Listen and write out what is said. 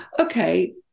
okay